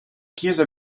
chiesa